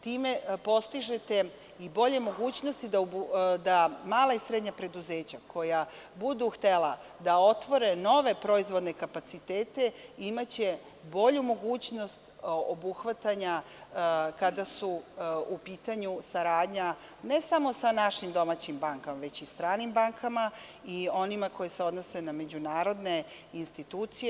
Time postižete i bolje mogućnosti da mala i srednja preduzeća, koja budu htela da otvore nove proizvodne kapacitete, imaće bolju mogućnost obuhvatanja, kada je u pitanju saradnja, ne samo sa našim domaćim bankama, već i stranim bankama i onima koji se odnose na međunarodne institucije.